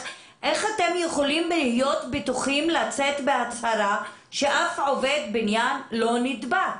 איך אתם יכולים להיות בטוחים ולצאת בהצהרה שאף עובד בניין לא נדבק?